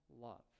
love